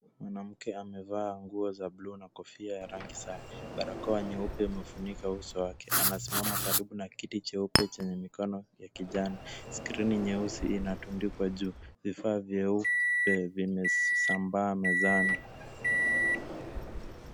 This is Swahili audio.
Mwanamke amevaa nguo za bluu na kofia ya rangi sawa, barakoa nyeupe mafunika uso wake, anasimama karibu na kiti cheupe chenye mikono ya kijani, skrini nyeusi inatundikwa juu, vifaa vyeupe vimesambaa mezani.